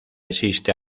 existe